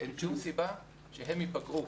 אין שום סיבה שהם ייפגעו.